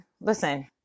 listen